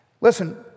Listen